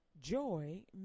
Joy